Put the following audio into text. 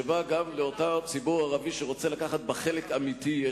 שבה יש מקום גם לאותו ציבור ערבי שרוצה לקחת בה חלק אמיתי.